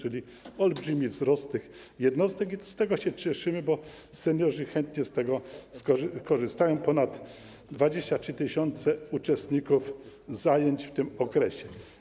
Czyli nastąpił olbrzymi wzrost liczby tych jednostek i z tego się cieszymy, bo seniorzy chętnie z tego korzystają - ponad 23 tys. uczestników zajęć w tym okresie.